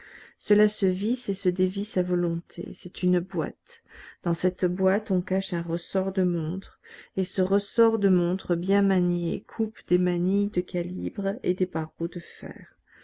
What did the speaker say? cela se visse et se dévisse à volonté c'est une boîte dans cette boîte on cache un ressort de montre et ce ressort de montre bien manié coupe des manilles de calibre et des barreaux de fer